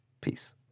Peace